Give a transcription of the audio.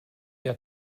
der